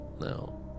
No